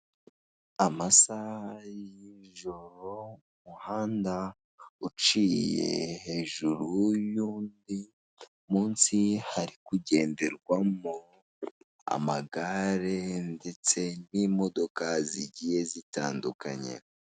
Amasaha y'ijoro umuhanda uciye hejuru yundi munsi hari kugenderwamo amagare ndetse n'imidoka zigiye zitandukanye.